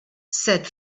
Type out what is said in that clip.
said